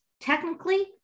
technically